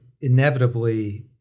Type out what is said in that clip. inevitably